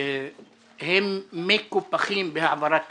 הם מקופחים בהעברת תקציבים,